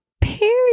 Period